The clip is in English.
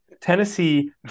Tennessee